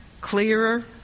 clearer